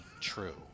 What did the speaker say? true